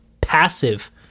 passive